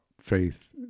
faith